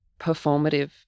performative